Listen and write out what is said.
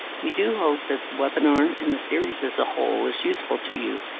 we do hope that the webinar and the series as a whole is useful to you.